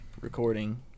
recording